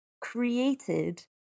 created